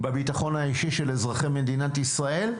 בביטחון האישי של אזרחי מדינת ישראל,